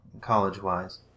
college-wise